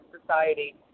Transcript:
society